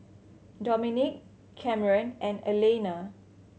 Dominick Kamren and Alayna